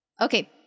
Okay